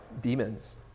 demons